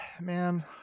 man